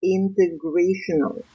integrational